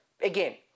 again